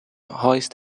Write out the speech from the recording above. hoist